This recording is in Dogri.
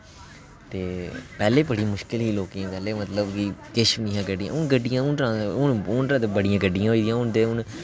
ते पैह्लें बड़ी मुश्कल ही लोकें ई पैह्लें मतलब कि किश बी निं ही गड्डियां हून ते बड़ियां गड्डियां होई दियां हून ते हून